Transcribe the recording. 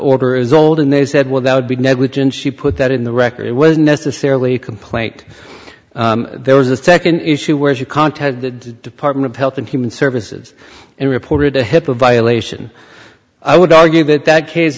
order is old and they said well that would be negligent she put that in the record it was necessarily a complaint there was a second issue where she contacted the department of health and human services and reported a hip a violation i would argue that that case